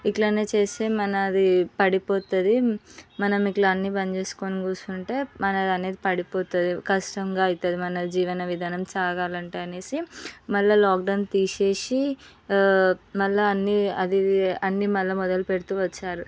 ఇలానే చేస్తే మనది పడిపోతుంది మనం ఇలా అన్ని బంద్ చేసుకొని కూర్చుంటే మనది అనేది పడిపోతుంది కష్టంగా అవుతుంది మన జీవన విధానం సాగాలంటే అని మళ్ళీ లాక్డౌన్ తీసేసి మళ్ళీ అన్నీ అది ఇది అన్నీ మళ్ళీ మొదలు పెడుతూ వచ్చారు